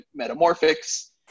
Metamorphics